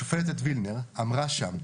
השופטת וילנר אמרה שם,